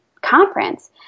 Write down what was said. conference